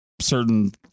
certain